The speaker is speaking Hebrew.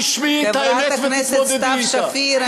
תשמעי את האמת ותתמודדי אתה.